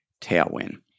tailwind